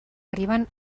arriben